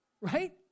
right